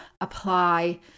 apply